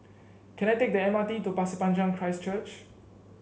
can I take the M R T to Pasir Panjang Christ Church